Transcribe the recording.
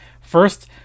first